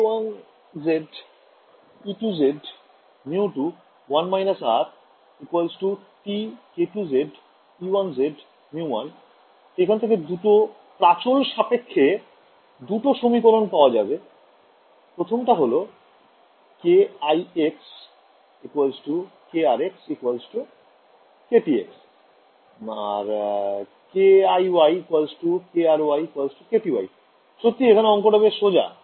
k1z e2z μ21 − R T k2z e1z μ1 তাই এখান থেকে দুটো প্রাচল সাপেক্ষে দুটো সমীকরণ পাওয়া যাবে প্রথমটা হল • ix krx ktx kiy kry kty সত্যই এখানে অঙ্ক টা বেশ সোজা